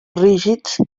rígids